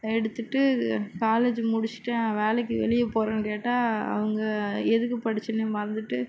எடுத்துட்டு காலேஜ் முடித்திட்டேன் வேலைக்கு வெளியே போகிறேனு கேட்டால் அவங்க எதுக்கு படிச்சேன்னே மறந்துவிட்டு